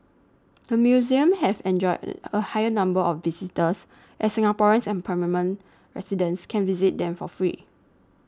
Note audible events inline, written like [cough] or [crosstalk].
the museums have enjoyed [noise] a higher number of visitors as Singaporeans and permanent residents can visit them for free